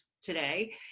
today